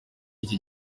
iki